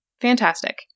Fantastic